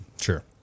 Sure